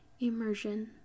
immersion